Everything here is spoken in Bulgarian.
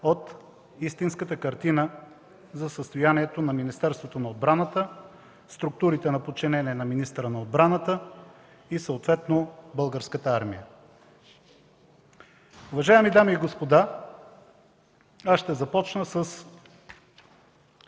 от истинската картина за състоянието на Министерството на отбраната, структурите на подчинение на министъра на отбраната и съответно Българската армия. Уважаеми дами и господа, аз ще започна с